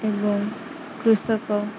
ଏବଂ କୃଷକ